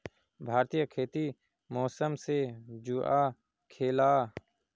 भारतीय खेती मौसम से जुआ खेलाह